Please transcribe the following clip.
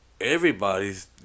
everybody's